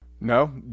No